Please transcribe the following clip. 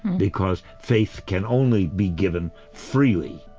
because faith can only be given freely